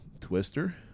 Twister